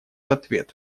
ответ